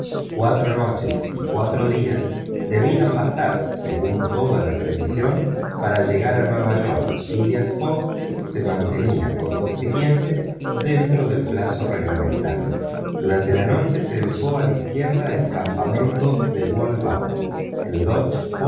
cuatro noches y cuatro días debían bastar según toda la previsión para llegar a nueva york phileas fogg se mantenía por consiguiente dentro del plazo regiamentario durante la noche se dejó a la izquierda del campamento de walbab